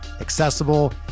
accessible